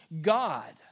God